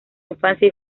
infancia